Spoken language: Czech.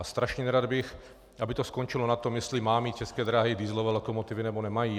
Strašně nerad bych, aby to skončilo na tom, jestli mají mít České dráhy dieselové lokomotivy, nebo nemají.